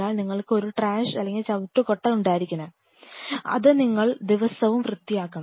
അതിനാൽ നിങ്ങൾക്ക് ഒരു ട്രാഷ് ഉണ്ടായിരിക്കണം അത് നിങ്ങൾ ദിവസവും വൃത്തിയാക്കണം